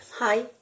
Hi